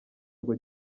ngo